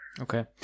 okay